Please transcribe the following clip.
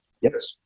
yes